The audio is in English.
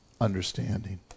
understanding